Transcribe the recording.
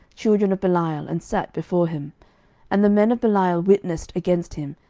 children of belial, and sat before him and the men of belial witnessed against him,